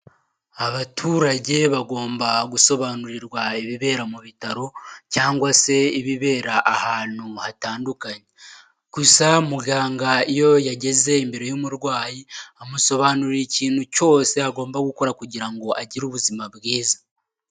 Abaturage bagomba gusobanurirwa ibibera mu bitaro cyangwa se ibibera ahantu hatandukanye, gusa muganga iyo yageze imbere y'umurwayi amusobanurira ikintu cyose agomba gukora kugira ngo agire ubuzima bwiza.